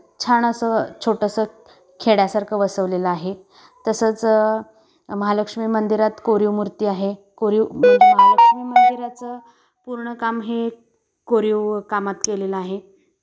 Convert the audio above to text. छान असं छोटंसं खेड्यासारखं वसवलेलं आहे तसंच महालक्ष्मी मंदिरात कोरीव मूर्ती आहे कोरीव महालक्ष्मी मंदिराचं पूर्ण काम हे कोरीव कामात केलेलं आहे